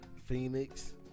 Phoenix